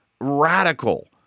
radical